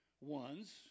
ones